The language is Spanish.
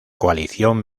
coalición